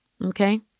Okay